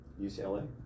UCLA